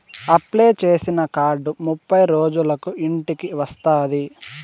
apply చేసిన card ముప్పై రోజులకు ఇంటికి వస్తాది